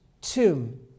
tomb